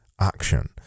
action